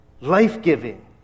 life-giving